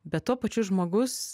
bet tuo pačiu žmogus